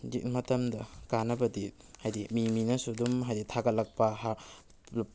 ꯃꯇꯝꯗ ꯀꯥꯟꯅꯕꯗꯤ ꯍꯥꯏꯕꯗꯤ ꯃꯤ ꯃꯤꯅꯁꯨ ꯑꯗꯨꯝ ꯍꯥꯏꯕꯗꯤ ꯊꯒꯠꯂꯛꯄ